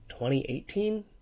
2018